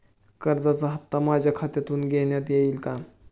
कर्जाचा हप्ता माझ्या खात्यातून घेण्यात येईल का?